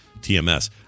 TMS